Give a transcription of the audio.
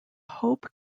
hope